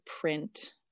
print